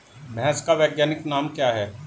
भैंस का वैज्ञानिक नाम क्या है?